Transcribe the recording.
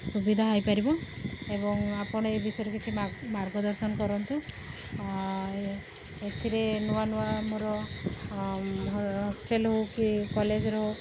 ସୁବିଧା ହୋଇପାରିବ ଏବଂ ଆପଣ ଏ ବିଷୟରେ କିଛିମାର୍ଗଦର୍ଶନ କରନ୍ତୁ ଏଥିରେ ନୂଆ ନୂଆ ଆମର ହଷ୍ଟେଲ ହେଉ କି କଲେଜରେ ହେଉ